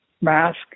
mask